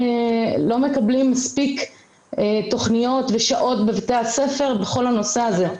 מקבלים מספיק תוכניות ושעות בבתי הספר בכל הנושא הזה.